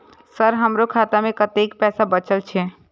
Sir हमरो खाता में कतेक पैसा बचल छे?